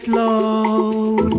love